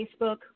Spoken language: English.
Facebook